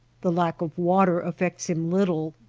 the lack of water affects him little.